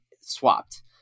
swapped